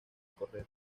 correr